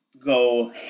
go